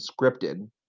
scripted